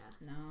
no